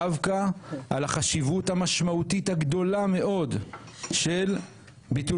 דווקא על החשיבות המשמעותית הגדולה מאוד של ביטול